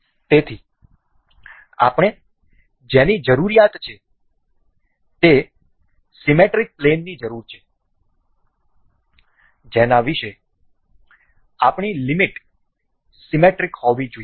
તેથી આપણે જેની જરૂરિયાત છે તે સીમેટ્રિક પ્લેનની જરૂર છે જેના વિશે આપણી લિમિટ સીમેટ્રિક હોવી જોઈએ